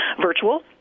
virtual